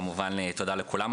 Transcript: כמובן, תודה לכולם.